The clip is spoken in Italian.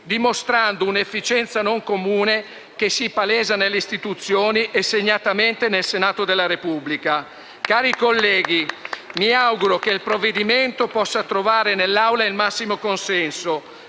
dimostrando un'efficienza non comune che si palesa nelle istituzioni e segnatamente nel Senato della Repubblica. *(Applausi dal Gruppo LN-Aut)*. Cari colleghi, mi auguro che il provvedimento possa trovare nell'Aula il massimo consenso.